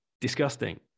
disgusting